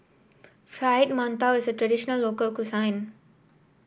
Fried Mantou is a traditional local